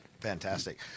fantastic